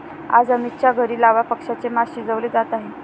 आज अमितच्या घरी लावा पक्ष्याचे मास शिजवले जात आहे